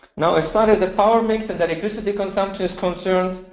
now as far as the power mix of the electricity consumption is concerned,